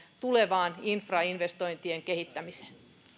tulevaan infrainvestointien kehittämiseen no niin